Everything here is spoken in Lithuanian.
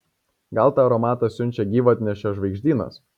gal tą aromatą siunčia gyvatnešio žvaigždynas